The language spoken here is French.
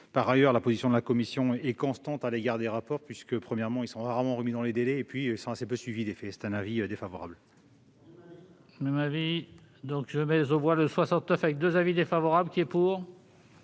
Par ailleurs, la position de la commission est constante à l'égard des rapports : ils sont rarement remis dans les délais et ils sont assez peu suivis d'effets. L'avis est donc défavorable.